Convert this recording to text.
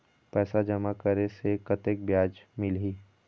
पैसा जमा करे से कतेक ब्याज मिलही?